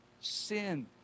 sin